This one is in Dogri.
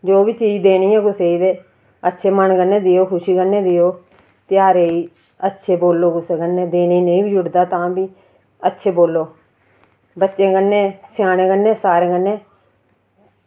जो बी चीज़ देनी होऐ कुसै गी ते अच्छे मन कन्नै देओ खुशी कन्नै देओ ध्यारें गी अच्छे बोलो कुसै कन्नै देने गी नेईं बी जुड़दा तां बी अच्छे बोलो बच्चें कन्नै स्याने कन्नै